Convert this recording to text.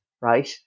right